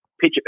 pitch